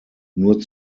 nur